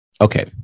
Okay